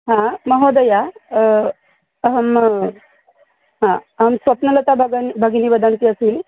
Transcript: हा महोदया अहं हा अहं स्वप्नलता बगन् भगिनी वदन्ती अस्मि